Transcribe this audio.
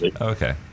okay